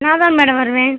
நான் தான் மேடம் வருவேன்